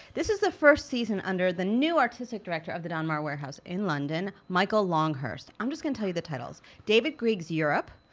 this is the first season under the new artistic director of the donmar warehouse in london, michael longhurst. i'm just gonna tell you the titles david griggs europe